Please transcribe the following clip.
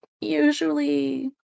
usually